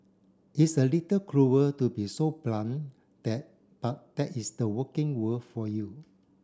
it's a little cruel to be so blunt that but that is the working world for you